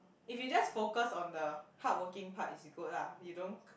if you just focus on the hardworking part it's good lah you don't